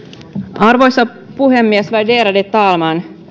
arvoisa puhemies värderade talman